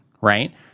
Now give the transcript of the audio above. right